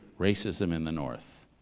racism in the north.